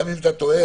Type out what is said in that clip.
גם אם אתה טועה,